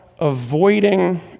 avoiding